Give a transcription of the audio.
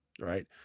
Right